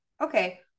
Okay